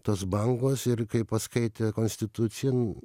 tos bangos ir kai paskaitė konstituciją